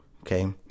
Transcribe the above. Okay